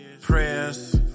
prayers